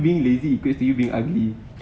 being lazy equates you being ugly